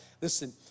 Listen